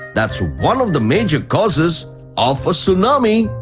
that's one of the major causes of a tsunami.